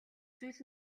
зүйл